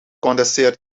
condenseert